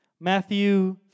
Matthew